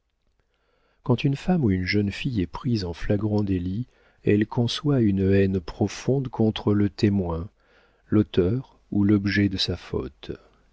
quand une femme ou une jeune fille est prise en flagrant délit elle conçoit une haine profonde contre le témoin l'auteur ou l'objet de sa faute